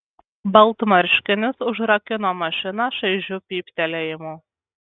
baltmarškinis užrakino mašiną šaižiu pyptelėjimu